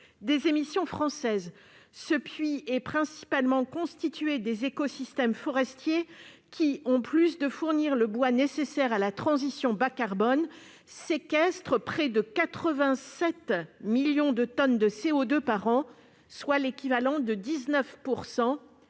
des émissions françaises. Ce puits est principalement constitué des écosystèmes forestiers, qui, en plus de fournir le bois nécessaire à la transition bas-carbone, séquestrent près de 87 millions de tonnes de CO2 par an, soit l'équivalent de 19